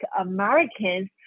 Americans